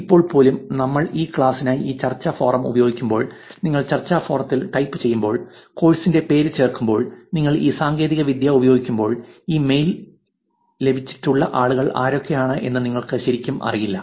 ഇപ്പോൾ പോലും നമ്മൾ ഈ ക്ലാസിനായി ഈ ചർച്ചാ ഫോറം ഉപയോഗിക്കുമ്പോൾ നിങ്ങൾ ചർച്ചാ ഫോറത്തിൽ ടൈപ്പ് ചെയ്യുമ്പോൾ കോഴ്സിന്റെ പേര് ചേർക്കുമ്പോൾ നിങ്ങൾ ഈ സാങ്കേതികവിദ്യ ഉപയോഗിക്കുമ്പോൾ ഈ ഇമെയിൽ ലഭിച്ചിട്ടുള്ള ആളുകൾ ആരൊക്കെ ആണ് എന്ന് നിങ്ങൾക്ക് ശരിക്കും അറിയില്ല